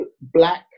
black